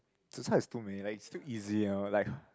zi char is too many like it's too easy and all like